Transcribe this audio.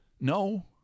No